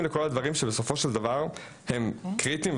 לכל הדברים שבסופו של דבר הם קריטיים,